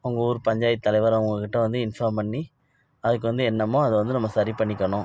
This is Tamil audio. உங்கள் ஊர் பஞ்சாயத்து தலைவராக அவங்க கிட்டே வந்து இன்ஃபார்ம் பண்ணி அதுக்கு வந்து என்னமோ அதை வந்து நம்ம சரி பண்ணிக்கணும்